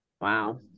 Wow